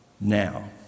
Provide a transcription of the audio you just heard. now